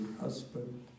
husband